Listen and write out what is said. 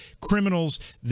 criminals